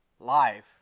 Life